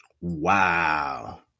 Wow